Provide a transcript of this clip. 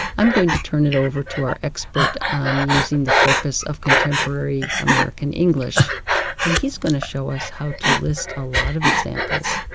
i'm going to turn it over to our expert on using the corpus of contemporary american english and he's going to show us how to list a lot of examples,